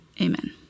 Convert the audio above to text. Amen